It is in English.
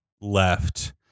left